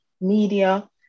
media